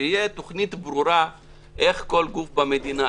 שתהיה תוכנית ברורה איך כל גוף במדינה,